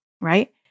Right